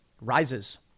rises